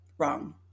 wrong